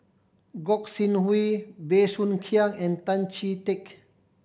Gog Sing Hooi Bey Soo Khiang and Tan Chee Teck